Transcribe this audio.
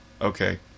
Okay